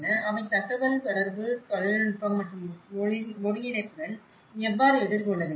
அவை தகவல் தகவல் தொடர்பு தொழில்நுட்பம் மற்றும் ஒருங்கிணைப்புடன் எவ்வாறு எதிர்கொள்ள வேண்டும்